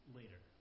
later